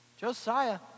Josiah